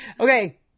Okay